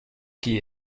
qui